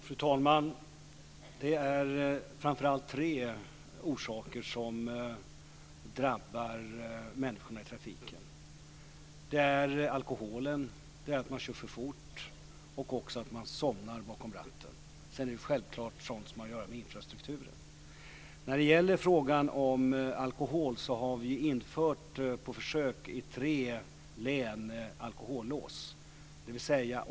Fru talman! Det är framför allt tre faktorer som påverkar människor i trafiken. Det är alkohol, att man kör för fort och att man somnar bakom ratten. Sedan påverkar också självfallet sådant som har att göra med infrastrukturen. När det gäller frågan om alkohol har det i tre län på försök införts alkohollås.